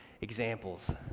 examples